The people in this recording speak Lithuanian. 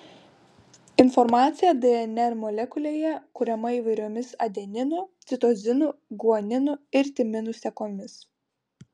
informacija dnr molekulėje kuriama įvairiomis adeninų citozinų guaninų ir timinų sekomis